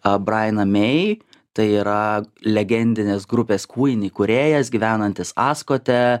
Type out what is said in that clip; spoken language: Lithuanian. abrainą mei tai yra legendinės grupės kvuin įkūrėjas gyvenantis askote